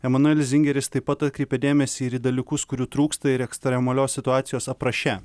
emanuelis zingeris taip pat atkreipė dėmesį ir į dalykus kurių trūksta ir ekstremalios situacijos apraše